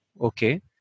Okay